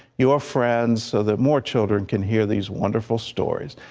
your friends so that more children can hear these wonderful stories.